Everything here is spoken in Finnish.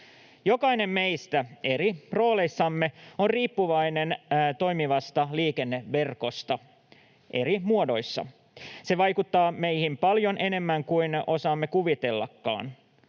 Jokainen meistä eri rooleissamme on riippuvainen toimivasta liikenneverkosta eri muodoissa. Se vaikuttaa meihin paljon enemmän kuin osaamme kuvitellakaan.